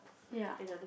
ya